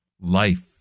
life